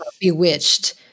bewitched